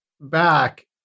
back